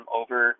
over